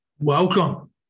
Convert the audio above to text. Welcome